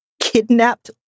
kidnapped